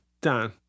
Dan